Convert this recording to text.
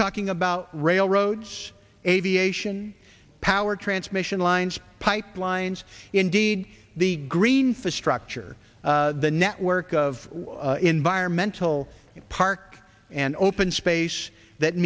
talking about railroads aviation power transmission lines pipelines indeed the green for structure the network of environmental park and open space that